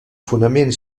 fonament